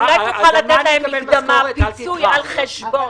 אולי תוכל לתת להם מקדמה, פיצוי על חשבון.